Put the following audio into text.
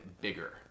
bigger